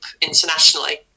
internationally